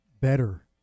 better